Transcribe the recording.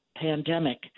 pandemic